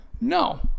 No